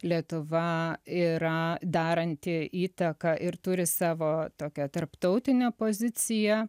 lietuva yra daranti įtaką ir turi savo tokią tarptautinę poziciją